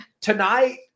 Tonight